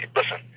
listen